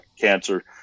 cancer